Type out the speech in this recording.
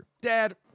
Dad